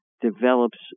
develops